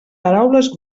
paraules